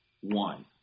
one